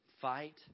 Fight